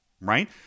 right